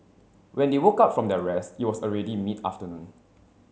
when they woke up from their rest it was already mid afternoon